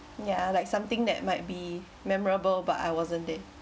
ya like something that might be memorable but I wasn't there